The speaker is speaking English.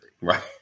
Right